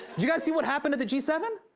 you guys see what happened at the g seven?